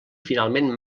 finalment